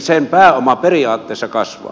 sen pääoma periaatteessa kasvaa